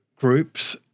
groups